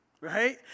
right